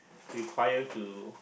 require to